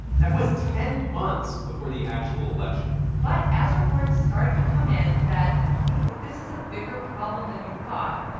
that was ten months before the actual election but as reports started to come in that maybe this is a bigger problem than you thought,